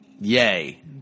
yay